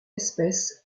espèce